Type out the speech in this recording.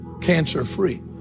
cancer-free